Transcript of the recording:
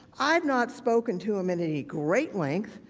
i've not spoken to him in any great length,